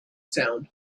sound